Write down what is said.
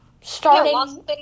starting